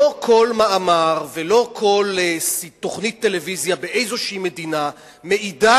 לא כל מאמר ולא כל תוכנית טלוויזיה באיזו מדינה מעידה